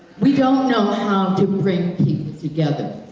we don't know how to bring people together,